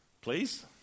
Please